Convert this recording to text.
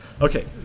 Okay